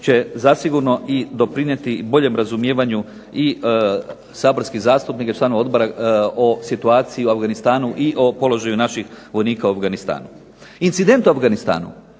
će zasigurno i doprinijeti i boljem razumijevanju i saborskih zastupnika i članova odbora o situaciji u Afganistanu i o položaju naših vojnika u Afganistanu. Incident u Afganistanu.